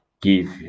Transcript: give